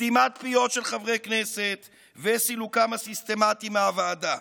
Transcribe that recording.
סתימת פיות של חברי כנסת וסילוקם הסיסטמטי מהוועדה,